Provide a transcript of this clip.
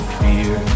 fear